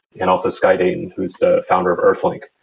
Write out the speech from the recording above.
and also sky dayton, who is the founder of earthlink.